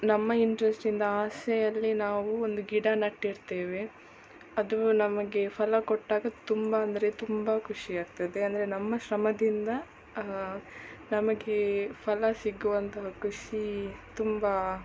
ನಮ್ಮ ಇಂಟ್ರೆಸ್ಟಿಂದ ಆಸೆಯಲ್ಲಿ ನಾವು ಒಂದು ಗಿಡ ನಟ್ಟಿರ್ತೇವೆ ಅದು ನಮಗೆ ಫಲ ಕೊಟ್ಟಾಗ ತುಂಬ ಅಂದರೆ ತುಂಬ ಖುಷಿಯಾಗ್ತದೆ ಅಂದರೆ ನಮ್ಮ ಶ್ರಮದಿಂದ ನಮಗೆ ಫಲ ಸಿಗುವಂತಹ ಖುಷಿ ತುಂಬ